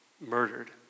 murdered